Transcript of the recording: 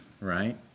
right